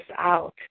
out